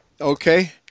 Okay